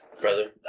brother